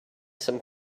some